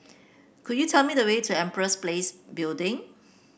could you tell me the way to Empress Place Building